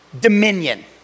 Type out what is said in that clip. dominion